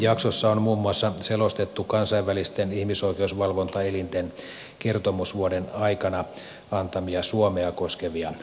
jaksossa on muun muassa selostettu kansainvälisten ihmisoikeusvalvontaelinten kertomusvuoden aikana antamia suomea koskevia ratkaisuja